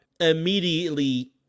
immediately